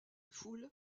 foule